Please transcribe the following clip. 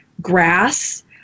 grass